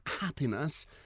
happiness